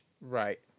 Right